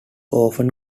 often